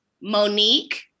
monique